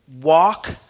walk